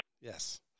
Yes